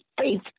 faith